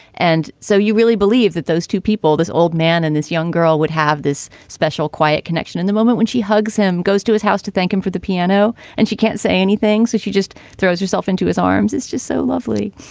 and so you really believe that those two people, this old man and this young girl, would have this special quiet connection in the moment when she hugs him, goes to his house to thank him for the piano, and she can't say anything. so she just throws herself into his arms, is just so lovely,